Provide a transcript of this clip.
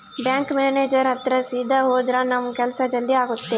bank manager ಹತ್ರ ಸೀದಾ ಹೋದ್ರ ನಮ್ ಕೆಲ್ಸ ಜಲ್ದಿ ಆಗುತ್ತೆ